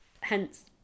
hence